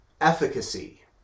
efficacy